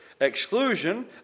exclusion